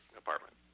apartment